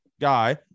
guy